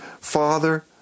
Father